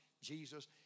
Jesus